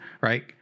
Right